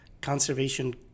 conservation